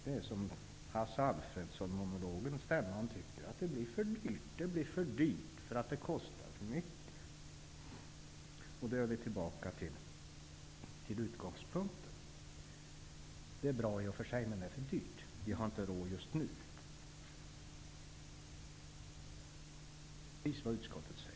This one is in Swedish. Det är som Hasse Alfredsonmonologen: Stämman tycker att det blir för dyrt. Det blir för dyrt därför att det kostar för mycket. Därmed är vi tillbaka vid utgångspunkten; det är i och för sig bra men det är för dyrt. Vi har inte råd just nu. Det är så man i utskottet säger.